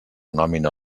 nòmina